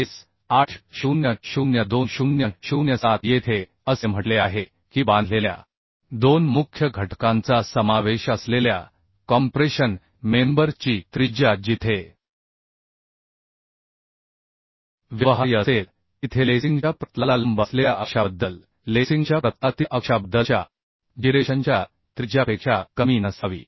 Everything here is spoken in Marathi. एस 800 2007 येथे असे म्हटले आहे की बांधलेल्या दोन मुख्य घटकांचा समावेश असलेल्या कॉम्प्रेशन मेंबर ची त्रिज्या जिथे व्यवहार्य असेल तिथे लेसिंगच्या प्रतलाला लंब असलेल्या अक्षाबद्दल लेसिंगच्या प्रतलातील अक्षाबद्दलच्या जिरेशनच्या त्रिज्यापेक्षा कमी नसावी